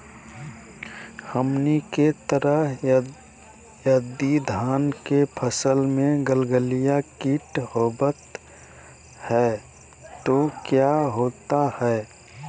हमनी के तरह यदि धान के फसल में गलगलिया किट होबत है तो क्या होता ह?